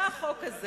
תקנו את זה.